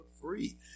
free